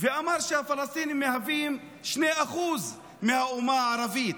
ואמר שהפלסטינים מהווים 2% מהאומה הערבית.